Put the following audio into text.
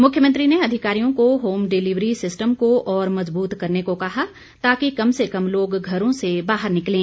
मुख्यमंत्री ने अधिकारियों को होम डिलीवरी सिस्टम को और मजबूत करने को कहा ताकि कम से कम लोग घरों से बाहर निकलें